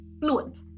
fluent